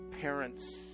Parents